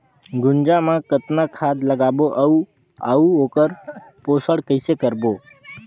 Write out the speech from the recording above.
गुनजा मा कतना खाद लगाबो अउ आऊ ओकर पोषण कइसे करबो?